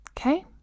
Okay